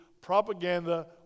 Propaganda